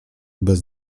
bez